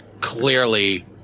clearly